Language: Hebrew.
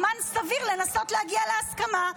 זמן סביר לנסות להגיע להסכמה.